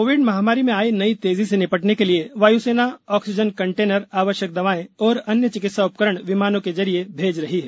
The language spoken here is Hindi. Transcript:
कोविड महामारी में आई नई तेजी से निपटने के लिए वायुसेना ऑक्सीजन कंटेनर आवश्यक दवाएं और अन्य चिकित्सा उपकरण विमानों के जरिए भेज रही है